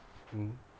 mm